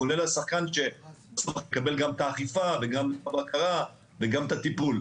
ככל השחקן שמקבל גם את האכיפה וגם את הבקרה וגם את הטיפול.